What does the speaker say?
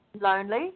lonely